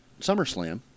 SummerSlam